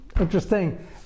interesting